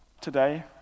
today